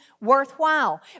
worthwhile